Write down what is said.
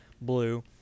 blue